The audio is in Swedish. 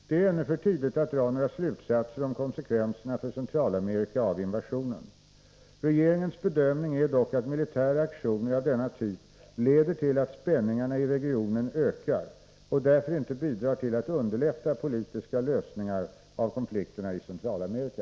Det är ännu för tidigt att dra några — Grenada slutsatser om konsekvenserna för Centralamerika av invasionen. Regeringens bedömning är dock att militära aktioner av denna typ leder till att spänningarna i regionen ökar och därför inte bidrar till att underlätta politiska lösningar av konflikterna i Centralamerika.